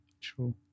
True